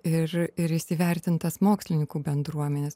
ir ir jis įvertintas mokslininkų bendruomenės